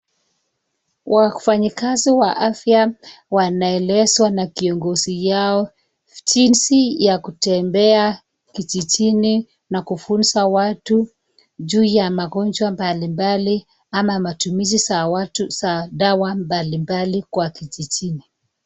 Wafanyakazi wa afya wanaelezwa na kiongozi wao jinsi ya kutembea kijijini na kufunza watu juu ya magonjwa mbalimbali ama matumizi ya dawa mbalimbali kwa kijijini.